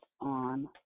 on